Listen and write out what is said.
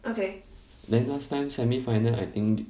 then last time semi final I think